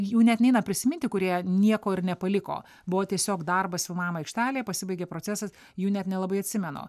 jų net neina prisiminti kurie nieko ir nepaliko buvo tiesiog darbas filmavimo aikštelėje pasibaigė procesas jų net nelabai atsimenu